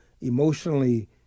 emotionally